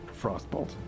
frostbolt